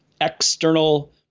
external